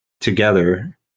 together